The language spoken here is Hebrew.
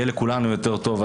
יהיה לכולנו יותר טוב.